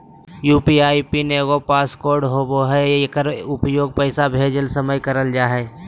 UPI pin एगो passcode होबो हइ एकर उपयोग पैसा भेजय समय कइल जा हइ